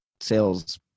sales